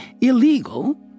illegal